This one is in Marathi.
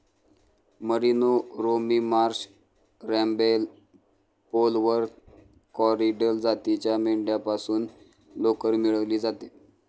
merino, Romney Marsh, Rambouillet, Polwarth, Corriedale जातीच्या मेंढ्यांपासून लोकर मिळवली जाते